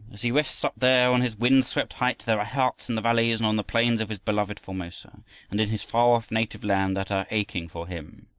as he rests up there on his wind-swept height, there are hearts in the valleys and on the plains of his beloved formosa and in his far-off native land that are aching for him.